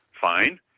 fine